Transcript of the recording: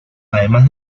además